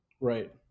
right